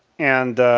and